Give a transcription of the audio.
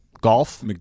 Golf